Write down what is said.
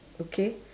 okay